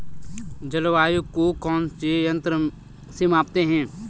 जलवायु को कौन से यंत्र से मापते हैं?